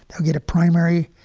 i'll get a primary